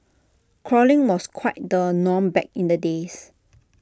crawling was quite the norm back in the days